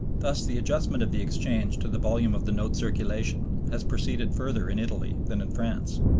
thus the adjustment of the exchange to the volume of the note circulation has proceeded further in italy than in france.